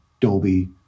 Dolby